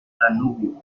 danubio